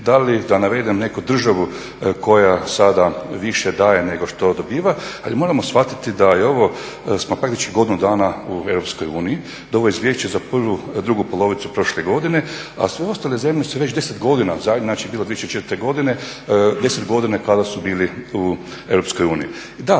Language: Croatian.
da li da navedem neku državu koja sad više daje nego što dobiva, ali moramo shvatiti da je ovo smo praktički godinu dana u EU, da ovo izvješće za prvu, drugu polovicu prošle godine, a sve ostale zemlje su već 10 godina, znači 2004. godine, 10 godina kada su bili u EU. Da,